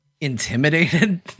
intimidated